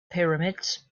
pyramids